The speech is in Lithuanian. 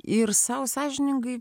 ir sau sąžiningai